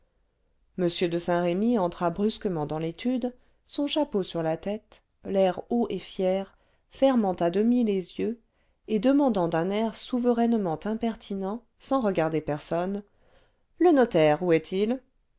m de saint-remy entra brusquement dans l'étude son chapeau sur la tête l'air haut et fier fermant à demi les yeux et demandant d'un air souverainement impertinent sans regarder personne le notaire où est-il